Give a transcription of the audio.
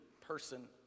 person